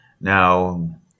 Now